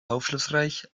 aufschlussreich